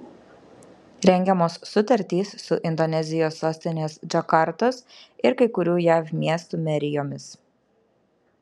rengiamos sutartys su indonezijos sostinės džakartos ir kai kurių jav miestų merijomis